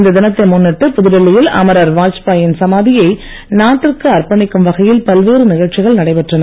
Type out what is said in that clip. இந்த தினத்தை முன்னிட்டு புதுடெல்லியில் அமரர் வாஜ்பாயின் சமாதியை நாட்டிற்கு அர்ப்பணிக்கும் வகையில் பல்வேறு நிகழ்ச்சிகள் நடைபெற்றன